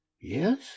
Yes